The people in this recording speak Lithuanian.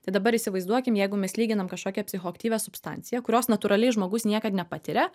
tai dabar įsivaizduokim jeigu mes lyginam kažkokią psichoaktyvią substanciją kurios natūraliai žmogus niekad nepatiria